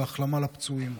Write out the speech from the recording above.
והחלמה לפצועים.